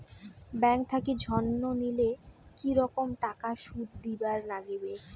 Bank থাকি ঋণ নিলে কি রকম টাকা সুদ দিবার নাগিবে?